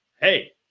Hey